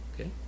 Okay